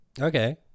Okay